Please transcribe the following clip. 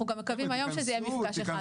אנחנו גם מקווים היום שזה יהיה מפגש אחד.